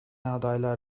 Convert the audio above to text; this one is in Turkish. adaylar